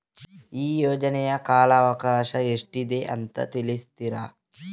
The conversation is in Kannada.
ಈ ಯೋಜನೆಯ ಕಾಲವಕಾಶ ಎಷ್ಟಿದೆ ಅಂತ ತಿಳಿಸ್ತೀರಾ?